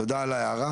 תודה על ההערה.